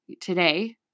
today